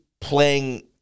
playing